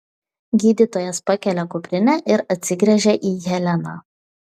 gydytojas pakelia kuprinę ir atsigręžia į heleną